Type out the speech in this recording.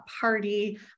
party